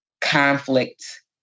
conflict